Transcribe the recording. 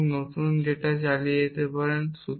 এবং নতুন ডেটা চালিয়ে যেতে পারেন